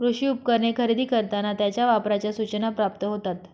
कृषी उपकरणे खरेदी करताना त्यांच्या वापराच्या सूचना प्राप्त होतात